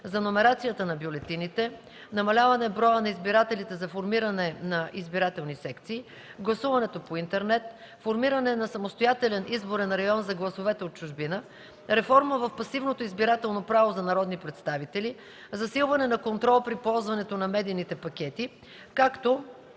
за номерацията на бюлетините, намаляване броя на избирателите за формиране на избирателни секции, гласуването по интернет, формиране на самостоятелен изборен район за гласовете от чужбина, реформа в пасивното избирателно право за народни представители, засилване на контрол при ползването на медийните пакети, както